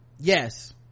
Yes